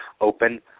Open